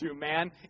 man